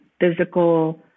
physical